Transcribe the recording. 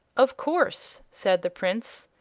of course, said the prince.